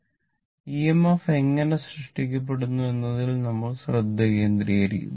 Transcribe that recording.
EMF എങ്ങനെ സൃഷ്ടിക്കപ്പെടുന്നു എന്നതിൽ നമ്മൾ ശ്രദ്ധ കേന്ദ്രീകരിക്കുന്നു